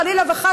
חלילה וחס,